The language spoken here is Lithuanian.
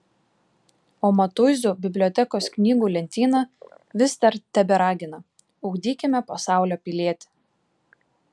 o matuizų bibliotekos knygų lentyna vis dar teberagina ugdykime pasaulio pilietį